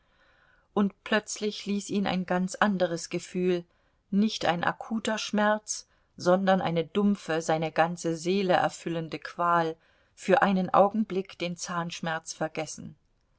und plötzlich ließ ihn ein ganz anderes gefühl nicht ein akuter schmerz sondern eine dumpfe seine ganze seele erfüllende qual für einen augenblick den zahnschmerz vergessen